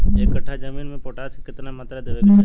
एक कट्ठा जमीन में पोटास के केतना मात्रा देवे के चाही?